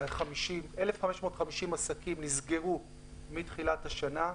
1,550 עסקים נסגרו מתחילת השנה,